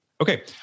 Okay